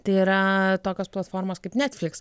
tai yra tokios platformos kaip netflix